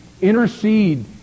intercede